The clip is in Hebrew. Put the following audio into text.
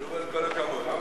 למה,